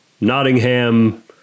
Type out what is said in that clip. Nottingham